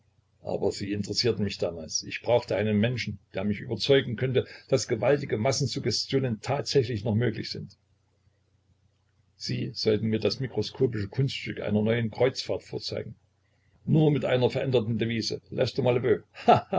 aber sie interessierten mich damals ich brauchte einen menschen der mich überzeugen könnte daß gewaltige massensuggestionen tatsächlich noch möglich sind sie sollten mir das mikroskopische kunststück einer neuen kreuzfahrt vorzeigen nur mit einer veränderten devise